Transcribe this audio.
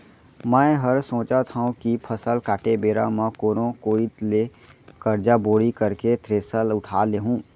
मैं हर सोचत हँव कि फसल काटे बेरा म कोनो कोइत ले करजा बोड़ी करके थेरेसर उठा लेहूँ